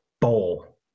bowl